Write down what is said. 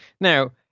Now